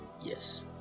yes